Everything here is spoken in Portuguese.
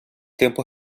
tempo